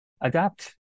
ADAPT